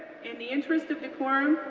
in the interest of decorum,